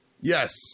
yes